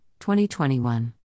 2021